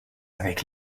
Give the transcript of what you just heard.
avec